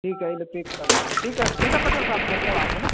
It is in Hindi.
ठीक है उन्हें पैक कर देता हूँ ठीक है ठीक है पटेल साहब धन्यवाद है न